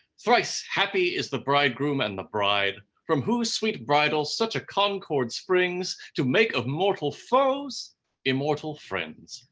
thrice happy is the bridegroom and the bride, from whose sweet bridal such a concord springs, to make of mortal foes immortal friends.